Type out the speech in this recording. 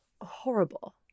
horrible